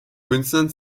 künstlern